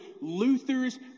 Luther's